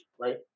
right